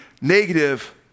negative